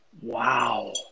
Wow